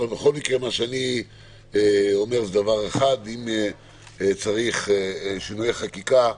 אבל בכל מקרה מה שאני אומר זה דבר אחד - אם צריך שינויי חקיקה,